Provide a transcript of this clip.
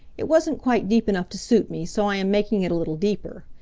it wasn't quite deep enough to suit me, so i am making it a little deeper.